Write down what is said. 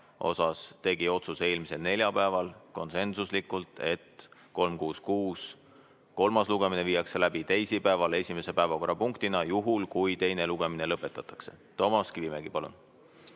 kohta, tegi eelmisel neljapäeval konsensuslikult otsuse, et 366 kolmas lugemine viiakse läbi teisipäeval esimese päevakorrapunktina juhul, kui teine lugemine lõpetatakse. Toomas Kivimägi, palun!